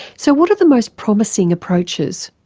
so what are the most promising approaches?